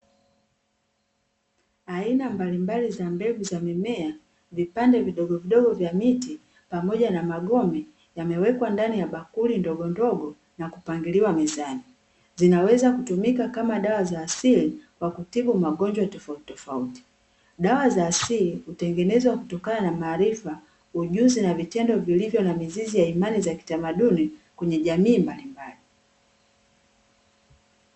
Aina mbalimbali za mbegu za mimea, vipande vidogovidogo vya miti pamoja na magome, yamewekwa ndani ya bakuli ndogondogo na kupangiliwa mezani. Zinaweza kutumika kama dawa za asili kwa kutibu magonjwa tofautitofauti. Dawa za asili hutengenezwa kutokana na maarifa, ujuzi na vitendo vilivyo na mizizi ya imani za kitamaduni kwenye jamii mbalimbali.